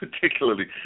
particularly